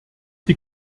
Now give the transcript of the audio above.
die